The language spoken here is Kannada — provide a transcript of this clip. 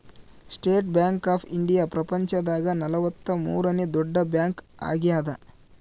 ಸ್ಟೇಟ್ ಬ್ಯಾಂಕ್ ಆಫ್ ಇಂಡಿಯಾ ಪ್ರಪಂಚ ದಾಗ ನಲವತ್ತ ಮೂರನೆ ದೊಡ್ಡ ಬ್ಯಾಂಕ್ ಆಗ್ಯಾದ